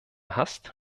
hast